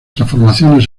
transformaciones